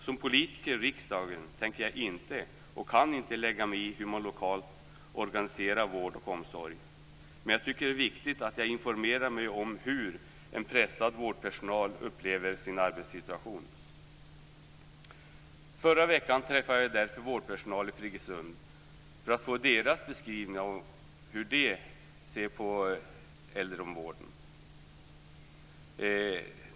Som politiker i riksdagen tänker jag inte, och kan inte, lägga mig i hur man lokalt organiserar vård och omsorg, men jag tycker att det är viktigt att informera mig om hur en pressad vårdpersonal upplever sin arbetssituation. Förra veckan träffade jag därför vårdpersonal i Friggesund för att få deras beskrivning av och syn på äldrevården.